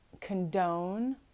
condone